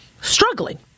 struggling